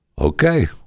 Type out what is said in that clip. Okay